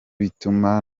bituma